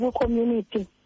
community